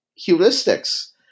heuristics